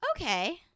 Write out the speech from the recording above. okay